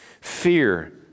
fear